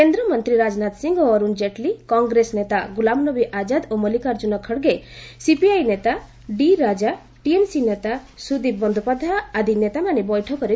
କେନ୍ଦ୍ରମନ୍ତ୍ରୀ ରାଜନାଥ ସିଂ ଓ ଅରୁଣ ଜେଟ୍ଲୀ କଂଗ୍ରେସ ନେତା ଗୁଲାମନବୀ ଆଜାଦ ଓ ମଲ୍ଲିକାର୍ଚ୍ଚୁନ ଖଡ୍ଗେ ସିପିଆଇ ନେତା ଡିରାଜା ଟିଏମ୍ସି ନେତା ସୁଦୀପ ବନ୍ଦୋପାଧ୍ୟାୟ ଆଦି ନେତାମାନେ ବୈଠକରେ ଯୋଗ ଦେଇଛନ୍ତି